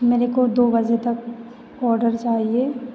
मेरे को दो बजे तक ऑर्डर चाहिए